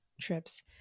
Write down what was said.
trips